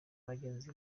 bagenzi